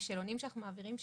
דרך שאלונים שאנחנו מעבירים,